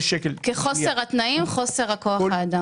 כחוסר התנאים, כך חוסר כוח האדם.